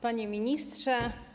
Panie Ministrze!